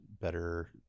better